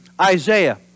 Isaiah